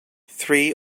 three